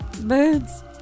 Birds